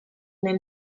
nel